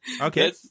Okay